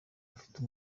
ufite